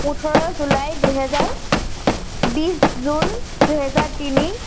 ওঠৰ জুলাই দুহেজাৰ বিছ জুন দুহেজাৰ তিনি